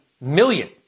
million